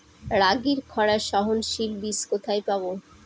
রাগির খরা সহনশীল বীজ কোথায় পাবো?